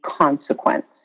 consequence